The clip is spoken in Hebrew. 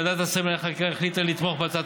ועדת השרים לענייני חקיקה החליטה לתמוך בהצעת